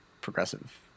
progressive